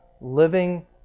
living